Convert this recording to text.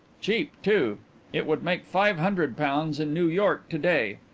cheap, too it would make five hundred pounds in new york to-day.